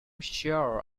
sure